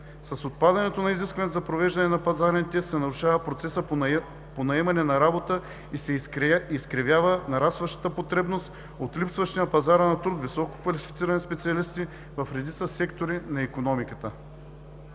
С отпадането на изискването за провеждане на пазарните тестове се нарушава процесът по наемане на работа и се изкривява нарастващата потребност от липсващи на пазара на труда висококвалифицирани специалисти в редица сектори на икономиката.